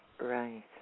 Right